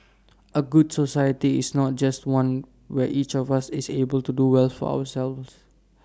A good society is not just one where each of us is able to do well for ourselves